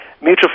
mutual